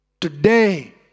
Today